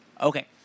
Okay